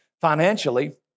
financially